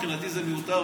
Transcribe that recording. מבחינתי זה מיותר,